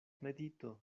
medito